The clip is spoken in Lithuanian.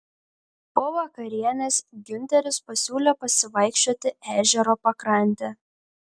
po vakarienės giunteris pasiūlė pasivaikščioti ežero pakrante